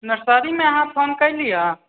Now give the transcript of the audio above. nursery मे अहाँ phone कयलीहँ